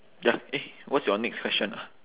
ya eh what's your next question ah